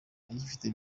agifite